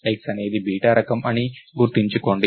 X అనేది data రకం అని గుర్తుంచుకోండి